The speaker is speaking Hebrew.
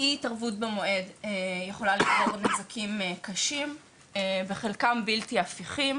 אי התערבות במועד יכולה לגרום לנזקים קשים וחלקם בלתי הפיכים